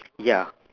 ya